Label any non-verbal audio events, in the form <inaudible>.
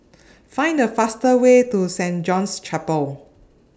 <noise> Find The fastest Way to Saint John's Chapel